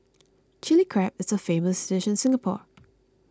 Chilli Crab is a famous dish in Singapore